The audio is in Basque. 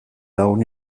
lagun